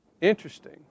interesting